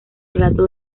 relato